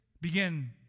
begin